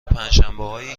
پنجشنبههایی